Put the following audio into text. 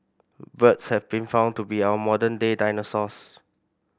birds have been found to be our modern day dinosaurs